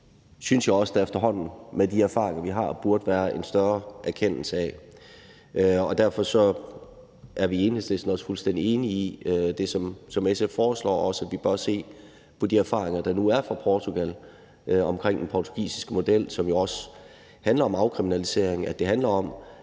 det synes jeg også at der efterhånden med de erfaringer, vi har, burde være en større erkendelse af. Derfor er vi i Enhedslisten fuldstændig enige i det, som SF foreslår, og også i, at vi bør se på de erfaringer, der er fra Portugal, med en model, der også handler om afkriminalisering. Det handler om,